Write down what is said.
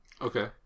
okay